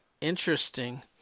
interesting